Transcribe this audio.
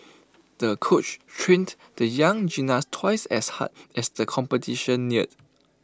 the coach trained the young gymnast twice as hard as the competition neared